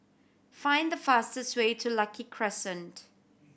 find the fastest way to Lucky Crescent